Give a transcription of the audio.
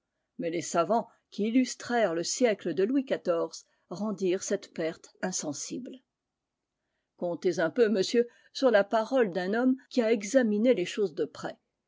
mais les savants qui illustrèrent le siècle de louis xiv rendirent cette perte insensible comptez un peu monsieur sur la parole d'un homme qui a examiné les choses de près